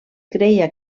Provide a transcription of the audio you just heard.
creia